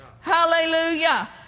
Hallelujah